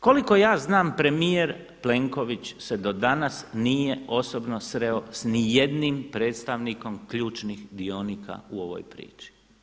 Koliko ja znam premijer Plenković se do danas nije osobno sreo s ni jednim predstavnikom ključnih dionika u ovoj priči.